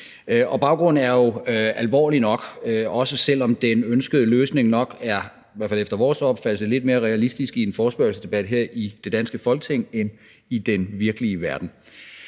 Baggrunden er jo alvorlig nok, også selv om den ønskede løsning nok, i hvert fald efter vores opfattelse, er lidt mere realistisk i en forespørgselsdebat her i det danske Folketing end i den virkelige verden.